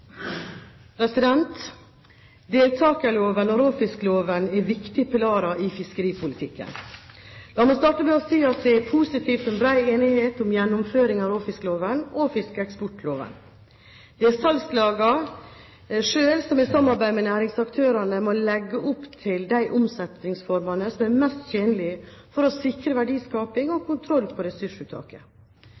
vedtatt. Deltakerloven og råfiskloven er viktige pilarer i fiskeripolitikken. La meg starte med å si at det er positivt med bred enighet om gjennomføring av råfiskloven og fiskeeksportloven. Det er salgslagene selv som i samarbeid med næringsaktørene må legge opp til de omsetningsformene som er mest tjenlig for å sikre verdiskaping og kontroll på ressursuttaket.